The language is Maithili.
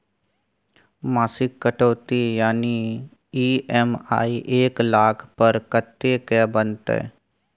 मासिक कटौती यानी ई.एम.आई एक लाख पर कत्ते के बनते?